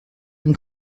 این